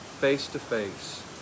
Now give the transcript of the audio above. face-to-face